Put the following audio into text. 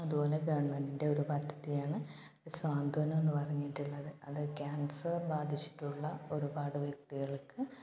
അത് പോലെ ഗെവണ്മെൻടിൻ്റെ ഒരു പദ്ധതിയാണ് സാന്ത്വനം എന്ന് പറഞ്ഞിട്ടുള്ളത് അത് കാൻസർ ബാധിച്ചിട്ടുള്ള ഒരുപാട് വ്യക്തികൾക്ക്